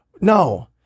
no